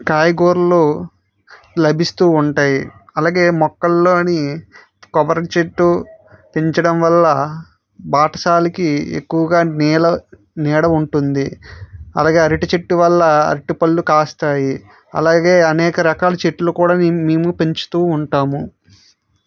కాయగూరలు లభిస్తు ఉంటాయి అలాగే మొక్కలలో కొబ్బరి చెట్టు పెంచడం వల్ల బాటసారికి ఎక్కువగా నేల నీడ ఉంటుంది అలాగే అరటి చెట్టు వల్ల అరటిపళ్ళు కాస్తాయి అలాగే అనేక రకాల చెట్లు కూడా నేన్ మేము పెంచుతు ఉంటాము